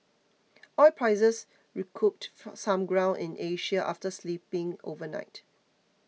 oil prices recouped some ground in Asia after slipping overnight